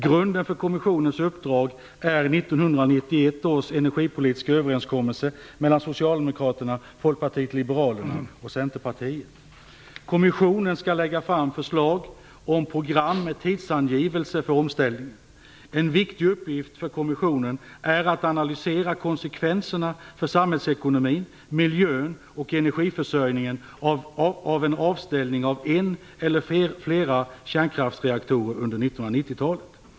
Grunden för kommissionens uppdrag är 1991 års energipolitiska överenskommelse mellan Socialdemokraterna, Folkpartiet liberalerna och Centerpartiet. Kommissionen skall lägga fram förslag om program med tidsangivelse för omställningen. En viktig uppgift för kommissionen är att analysera konsekvenserna för samhällsekonomin, miljön och energiförsörjningen av en avställning av en eller flera kärnkraftsreaktorer under 1990-talet.